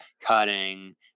cutting